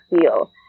feel